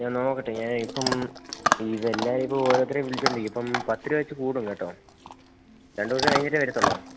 ഞാൻ നോക്കട്ടെ ഞാനെ ഇപ്പം ഇതെല്ലാം ഇപ്പം ഓരോരുത്തരെ വിളിച്ചുകൊണ്ടിരിക്കുകയാ ഇപ്പം പത്ത് രൂപ വെച്ച് കൂടും കേട്ടോ രണ്ടുദിവസം കഴിഞ്ഞിട്ടേ വരത്തുള്ളോ